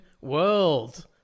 world